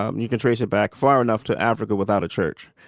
um you can trace it back far enough to africa without a church.